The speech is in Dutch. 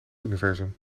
universum